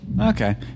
Okay